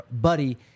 Buddy